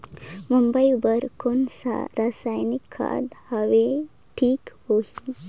मुरई बार कोन सा रसायनिक खाद हवे ठीक होही?